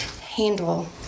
handle